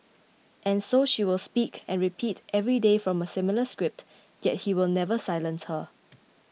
and so she will speak and repeat every day from a similar script yet he will never silence her